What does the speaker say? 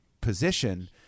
position